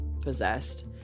possessed